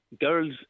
girls